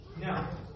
Now